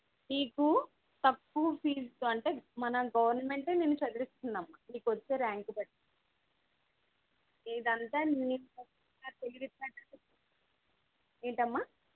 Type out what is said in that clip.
నీకు తక్కువ ఫీజ్తో అంటే మన గవర్నమెంటే నిన్ను చదివిస్తుందమ్మా నీకు వచ్చే ర్యాంక్ బట్టి ఇది అంతా నీకు ఏంటమ్మా